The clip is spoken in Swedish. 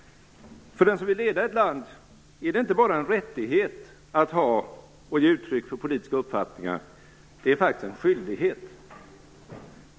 För den som vill leda ett land är det inte bara en rättighet att ha och ge uttryck för politiska uppfattningar - det är faktiskt en skyldighet.